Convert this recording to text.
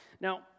Now